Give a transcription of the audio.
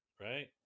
Right